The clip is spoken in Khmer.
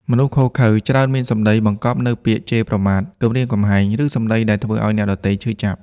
មនុស្សឃោរឃៅ ច្រើនមានសម្ដីបង្កប់នូវពាក្យជេរប្រមាថ គំរាមកំហែង ឬសម្ដីដែលធ្វើឱ្យអ្នកដទៃឈឺចាប់។